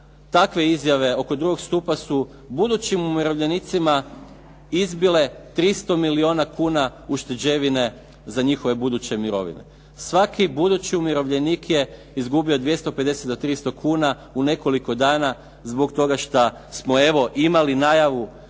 takve izjave oko drugog stupa su budućim umirovljenicima izbile 300 milijuna kuna ušteđevine za njihove buduće mirovine. Svaki budući umirovljenik je izgubio 250 do 300 kuna u nekoliko dana zbog toga šta smo evo imali najavu